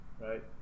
right